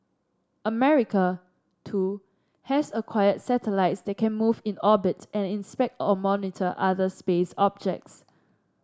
America too has acquired satellites that can move in orbit and inspect or monitor other space objects